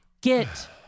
Get